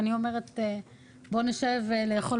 אני אומרת בוא נשב לאכול